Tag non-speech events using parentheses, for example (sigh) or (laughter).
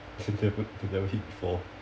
never (laughs) never hit before